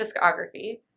discography